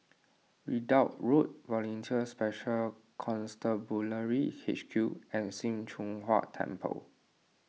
Ridout Road Volunteer Special Constabulary H Q and Sim Choon Huat Temple